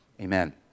Amen